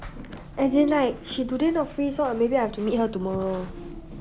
as in like she today not free so I may be have to meet her tomorrow